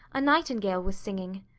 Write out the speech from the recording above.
a nightingale was singing.